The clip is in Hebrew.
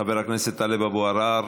חבר הכנסת טלב אבו עראר,